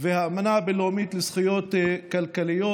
והאמנה הבין-לאומית לזכויות כלכליות,